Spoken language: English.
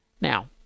Now